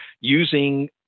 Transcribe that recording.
using